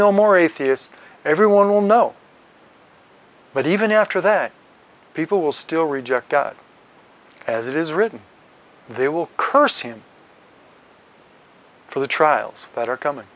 no more atheist everyone will know but even after that people will still reject god as it is written they will curse him for the trials that are coming